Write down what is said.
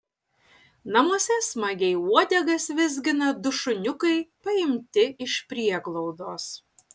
namuose smagiai uodegas vizgina du šuniukai paimti iš prieglaudos